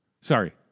Sorry